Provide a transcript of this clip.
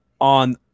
on